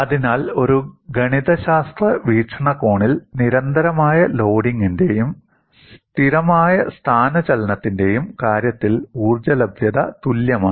അതിനാൽ ഒരു ഗണിതശാസ്ത്ര വീക്ഷണകോണിൽ നിരന്തരമായ ലോഡിംഗിന്റെയും സ്ഥിരമായ സ്ഥാനചലനത്തിന്റെയും കാര്യത്തിൽ ഊർജ്ജ ലഭ്യത തുല്യമാണ്